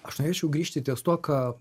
aš norėčiau grįžti ties tuo ką